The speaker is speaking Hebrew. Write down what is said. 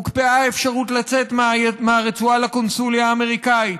הוקפאה האפשרות לצאת מהרצועה לקונסוליה האמריקנית.